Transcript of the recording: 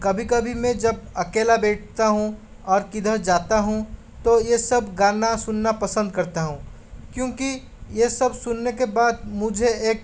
कभी कभी मैं जब अकेला बैठता हूँ और किधर जाता हूँ तो यह सब गाना सुनना पसंद करता हूँ क्योंकि यह सब सुनने के बाद मुझे एक